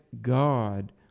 God